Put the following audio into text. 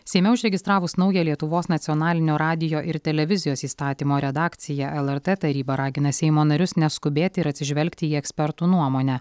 seime užregistravus naują lietuvos nacionalinio radijo ir televizijos įstatymo redakciją lrt taryba ragina seimo narius neskubėti ir atsižvelgti į ekspertų nuomonę